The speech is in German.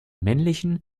männlichen